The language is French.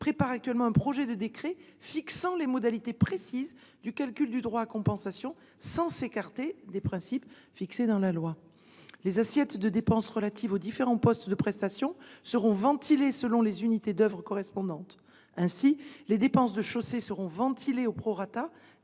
locales, un projet de décret fixant les modalités précises du calcul du droit à compensation, sans s'écarter des principes fixés dans la loi. Les assiettes de dépenses relatives aux différents postes de prestations seront ventilées selon les unités d'oeuvre correspondantes. Ainsi, les dépenses de chaussées seront ventilées au prorata